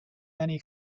many